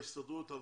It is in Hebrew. ההסתדרות,